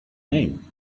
name